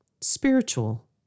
spiritual